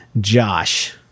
Josh